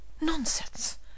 Nonsense